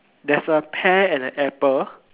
there's a pear and a apple